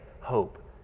hope